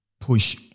push